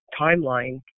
timeline